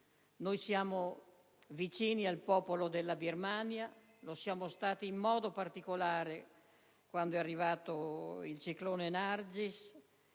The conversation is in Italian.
Siamo vicini al popolo della Birmania e lo siamo stati in modo particolare quando è arrivato il ciclone Nargis.